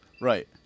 Right